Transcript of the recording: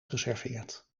geserveerd